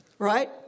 Right